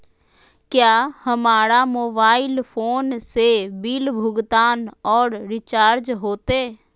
क्या हमारा mobile phone से बिल भुगतान और रिचार्ज होते?